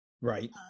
right